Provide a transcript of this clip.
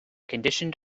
conditioned